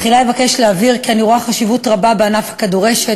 תחילה אבקש להבהיר כי אני רואה חשיבות רבה בענף הכדורשת,